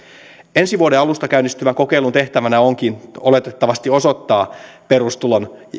ensi vuoden alusta käynnistyvän kokeilun tehtävänä onkin oletettavasti osoittaa perustulon